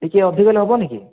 ଟିକିଏ ଅଧିକ ହେଲେ ହେବନି କି